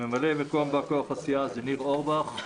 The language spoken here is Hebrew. ממלא מקום בא כוח הסיעה הוא ניר אורבך.